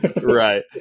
Right